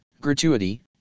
gratuity